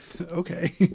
okay